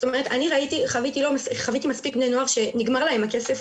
אני חוויתי מספיק בני נוער שנגמר להם הכסף